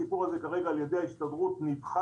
הסיפור הזה כרגע על ידי ההסתדרות נדחה,